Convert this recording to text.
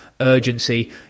Urgency